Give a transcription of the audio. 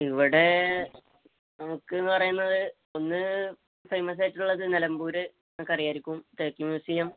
ഇവിടെ നമുക്കെന്ന് പറയുന്നത് ഒന്ന് ഫേമസ് ആയിട്ടുള്ളത് നിലമ്പൂര് നിങ്ങള്ക്കറിയാമായിരിക്കും തേക്ക് മ്യൂസിയം